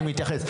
אני כבר מתייחס.